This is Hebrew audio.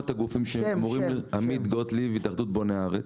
אני עמית גוטליב, מהתאחדות בוני הארץ.